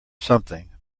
something